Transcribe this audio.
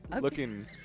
looking